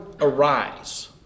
arise